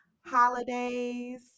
holidays